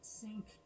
sink